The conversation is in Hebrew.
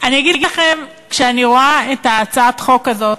אני אגיד לכם, כשאני רואה את הצעת החוק הזאת,